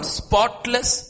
spotless